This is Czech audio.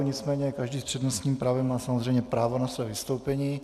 Nicméně každý s přednostním právem má samozřejmě právo na své vystoupení.